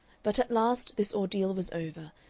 but at last this ordeal was over,